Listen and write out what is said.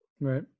Right